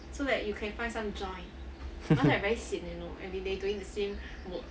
hehe